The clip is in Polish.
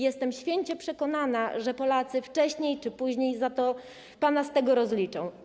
Jestem święcie przekonana, że Polacy wcześniej czy później pana z tego rozliczą.